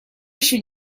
ещё